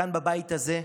כאן, בבית הזה,